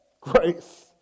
Grace